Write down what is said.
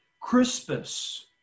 Crispus